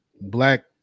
black